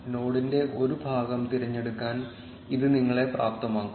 നോഡിന്റെ ഒരു ഭാഗം തിരഞ്ഞെടുക്കാൻ ഇത് നിങ്ങളെ പ്രാപ്തമാക്കും